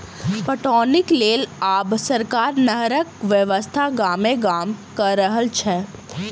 पटौनीक लेल आब सरकार नहरक व्यवस्था गामे गाम क रहल छै